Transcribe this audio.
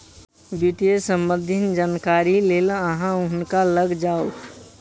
वित्त सम्बन्धी जानकारीक लेल अहाँ हुनका लग जाऊ